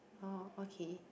oh okay